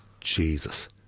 Jesus